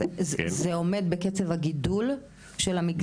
זה עומד בקצב הגידול של המגזר?